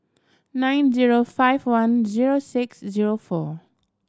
nine zero five one zero six zero four